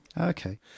Okay